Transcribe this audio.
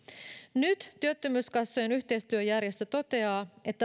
nyt työttömyyskassojen yhteisjärjestö toteaa että